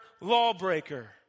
lawbreaker